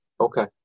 okay